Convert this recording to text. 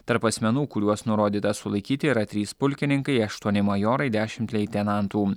tarp asmenų kuriuos nurodyta sulaikyti yra trys pulkininkai aštuoni majorai dešimt leitenantų